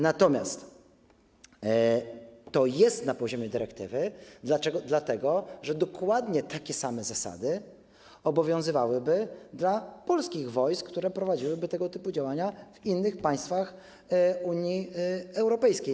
Natomiast to jest na poziomie dyrektywy, dlatego że dokładnie takie same zasady obowiązywałyby w odniesieniu do polskich wojsk, które prowadziłyby tego typu działania w innych państwach Unii Europejskiej.